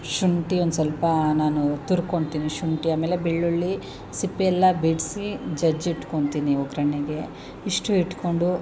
ಶುಂಠಿ ಒಂದು ಸ್ವಲ್ಪ ನಾನು ತುರ್ಕೊಳ್ತೀನಿ ಶುಂಠಿ ಆಮೇಲೆ ಸ್ವಲ್ಪ ಬೆಳ್ಳುಳ್ಳಿ ಸಿಪ್ಪೆ ಎಲ್ಲ ಬಿಡಿಸಿ ಜಜ್ ಇಟ್ಕೊಳ್ತೀನಿ ಒಗ್ಗರಣೆಗೆ ಇಷ್ಟು ಇಟ್ಕೊಂಡು